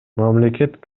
мамлекет